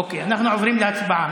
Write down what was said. אוקיי, אנחנו עוברים להצבעה.